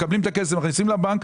מקבלים את הכסף ומכניסים לבנק.